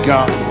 God